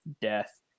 death